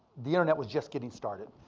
the internet was just getting started.